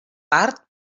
part